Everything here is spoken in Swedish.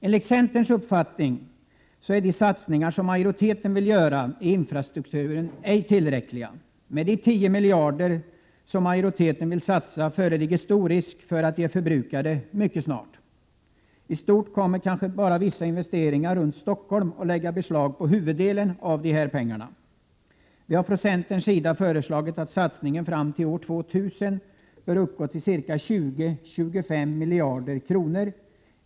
Enligt centerns uppfattningar är de satsningar som majoriteten vill göra i infrastrukturen inte tillräckliga. Det föreligger stor risk för att de 10 miljarder som majoriteten vill satsa är förbrukade mycket snart. I stort kommer kanske bara vissa investeringar runt Stockholm att lägga beslag på huvuddelen av dessa pengar. Vi har från centerns sida föreslagit att satsningen fram till år 2000 bör uppgå till 20-25 miljarder kronor.